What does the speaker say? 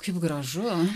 kaip gražu